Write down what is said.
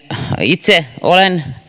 itse olen